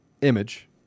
image